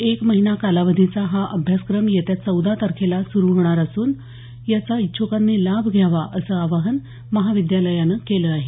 एक महिना कालावधीचा हा अभ्यासक्रम येत्या चौदा तारखेपासून सुरू होणार असून याचा इच्छ्कांनी लाभ घ्यावा असं आवाहन महाविद्यालयानं केलं आहे